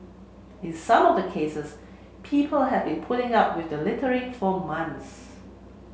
in some of the cases people have been putting up with the littering for months